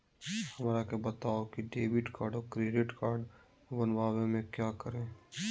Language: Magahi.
हमरा के बताओ की डेबिट कार्ड और क्रेडिट कार्ड बनवाने में क्या करें?